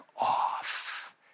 off